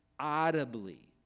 Audibly